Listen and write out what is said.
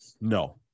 no